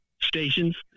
stations